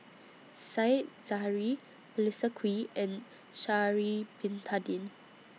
Said Zahari Melissa Kwee and Sha'Ari Bin Tadin